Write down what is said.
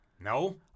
No